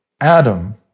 Adam